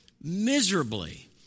miserably